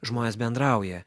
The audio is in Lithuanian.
žmonės bendrauja